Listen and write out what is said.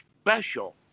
special